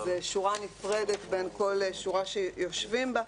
שהוא שורה נפרדת בין כל שורה שיושבים בה.